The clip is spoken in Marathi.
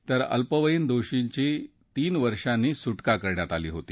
तर अल्पवयीन दोषीची तीन वर्षांनी सुटका करण्यात आली होती